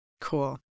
Cool